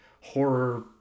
horror